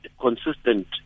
consistent